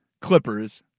Clippers